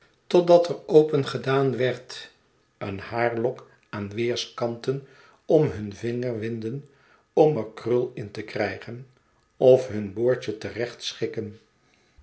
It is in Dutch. totdat er opengedaan werd een haarlok aan weerskanten om nun vinger winden om er krul in te krijgen of hun boordje terecht schikken